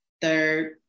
third